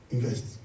Invest